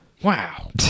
Wow